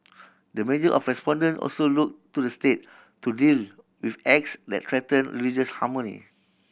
the majority of respondent also looked to the State to deal with acts that threaten religious harmony